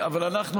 אבל אנחנו,